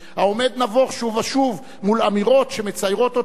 העומד נבוך שוב ושוב מול אמירות שמציירות אותו,